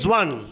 one